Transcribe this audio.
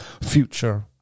future